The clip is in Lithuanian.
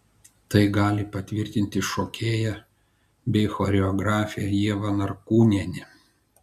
tai gali patvirtinti šokėja bei choreografė ieva norkūnienė